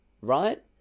right